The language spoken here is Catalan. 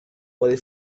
codi